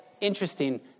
interesting